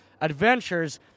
adventures